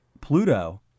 Pluto